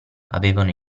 avevano